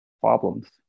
problems